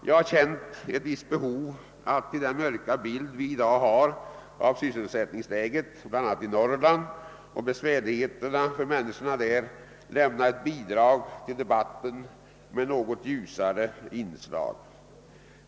Jag har känt ett visst behov av att som kontrast till den mörka bild vi i dag har av sysselsättningsläget bl.a. i Norrland och besvärligheterna för människorna där lämna ett bidrag till debatten med något ljusare inslag.